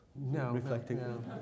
reflecting